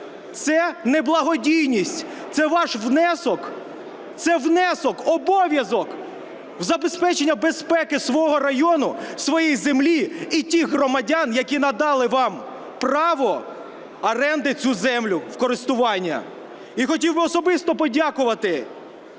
це не благодійність, це ваш внесок, це внесок, обов'язок у забезпечення безпеки свого району, своєї землі і тих громадян, які надали вам право оренди цю землю в користування. І хотів би особисто подякувати